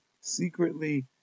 secretly